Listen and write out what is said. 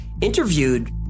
interviewed